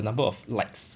for the number of likes